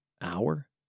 hour